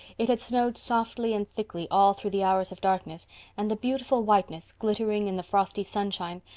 it had snowed softly and thickly all through the hours of darkness and the beautiful whiteness, glittering in the frosty sunshine,